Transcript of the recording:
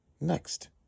Next